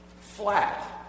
flat